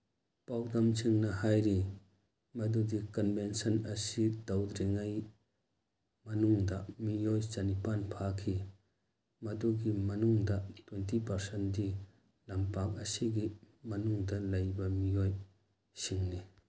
ꯄꯥꯎꯗꯝꯁꯤꯡꯅ ꯍꯥꯏꯔꯤ ꯃꯗꯨꯗꯤ ꯀꯟꯚꯦꯟꯁꯟ ꯑꯁꯤ ꯇꯧꯗ꯭ꯔꯤꯉꯩ ꯃꯅꯨꯡꯗ ꯃꯤꯑꯣꯏ ꯆꯅꯤꯄꯥꯟ ꯐꯥꯈꯤ ꯃꯗꯨꯒꯤ ꯃꯅꯨꯡꯗ ꯇ꯭ꯋꯦꯟꯇꯤ ꯄꯥꯔꯁꯦꯟꯗꯤ ꯂꯝꯄꯥꯛ ꯑꯁꯤꯒꯤ ꯃꯅꯨꯡꯗ ꯂꯩꯕ ꯃꯤꯑꯣꯏꯁꯤꯡꯅꯤ